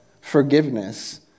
forgiveness